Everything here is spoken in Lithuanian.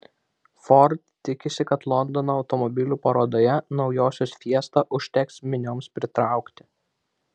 ford tikisi kad londono automobilių parodoje naujosios fiesta užteks minioms pritraukti